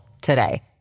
today